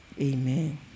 Amen